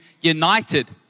united